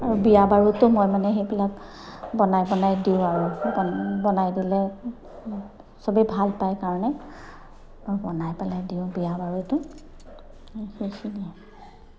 আৰু বিয়া বাৰুতো মই মানে সেইবিলাক বনাই পেলাই দিওঁ আৰু বনাই দিলে চবেই ভাল পায় কাৰণে আৰু বনাই পেলাই দিওঁ বিয়া বাৰুটো